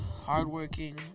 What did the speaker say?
hardworking